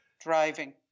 driving